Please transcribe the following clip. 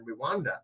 Rwanda